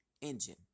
engine